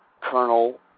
Colonel